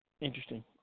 Interesting